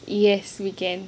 yes we can